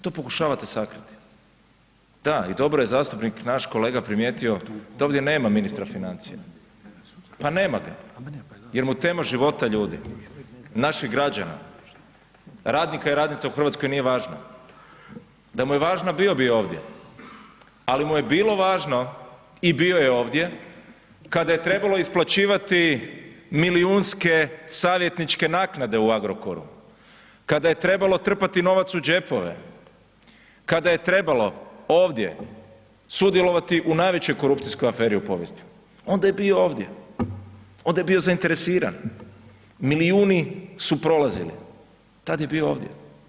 To pokušavate sakriti, da i dobro je zastupnik naš kolega primijetio da ovdje nema ministra financija, pa nema ga jer mu tema života ljudi, naših građana, radnika i radnica u Hrvatskoj nije važna, da mu je važna bio bi ovdje, ali mu je bilo važno i bio je ovdje kada je trebalo isplaćivati milijunske savjetničke naknade u Agrokoru, kada je trebalo trpati novac u džepove, kada je trebalo ovdje sudjelovati u najvećoj korupcijskoj aferi u povijesti, onda je bio ovdje, onda je bio zainteresiran, milijuni su prolazili, tad je bio ovdje.